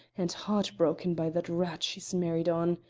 and heartbroken by that rat she's married on.